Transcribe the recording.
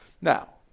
Now